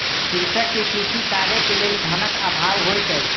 कृषक के कृषि कार्य के लेल धनक अभाव होइत अछि